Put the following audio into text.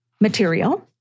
material